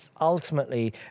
ultimately